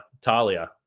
Talia